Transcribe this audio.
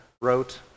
wrote